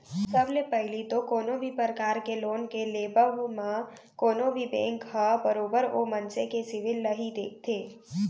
सब ले पहिली तो कोनो भी परकार के लोन के लेबव म कोनो भी बेंक ह बरोबर ओ मनसे के सिविल ल ही देखथे